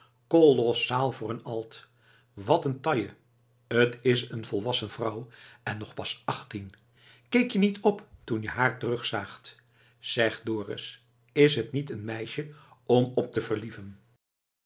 kolossaal voor een alt wat een taille t is een volwassen vrouw en nog pas achttien keek je niet op toen je haar terugzaagt zeg dorus is t niet een meisje om op te verlieven